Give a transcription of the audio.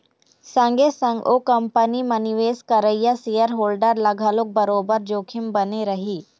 संगे संग ओ कंपनी म निवेश करइया सेयर होल्डर ल घलोक बरोबर जोखिम बने रही